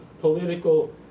political